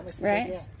Right